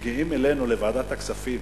מגיעים אלינו לוועדת הכספים,